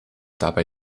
dabei